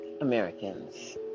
Americans